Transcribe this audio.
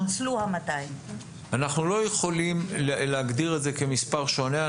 אנחנו לא יכולים להגדיר את זה כמספר שונה.